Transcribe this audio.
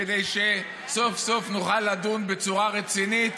כדי שסוף-סוף נוכל לדון בצורה רצינית